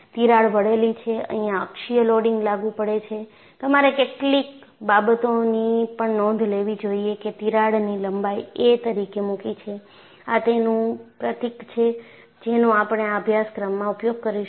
તિરાડ વળેલી છે અહિયાં અક્ષીય લોડિંગ લાગુ પડે છે તમારે કેટલીક બાબતોની પણ નોંધ લેવી જોઈએ કે તિરાડની લંબાઈ a તરીકે મૂકી છે આ તેનું પ્રતીક છે જેનો આપણે આ અભ્યાસક્રમમાં ઉપયોગ કરીશું